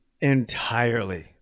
entirely